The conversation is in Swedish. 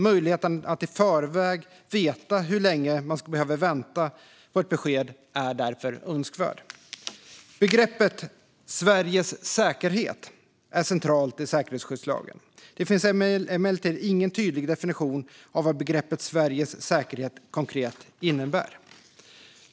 Möjligheten att i förväg veta hur länge man ska behöva vänta på ett besked är därför önskvärd. Begreppet "Sveriges säkerhet" är centralt i säkerhetsskyddslagen. Det finns emellertid ingen tydlig definition av vad det begreppet konkret innebär.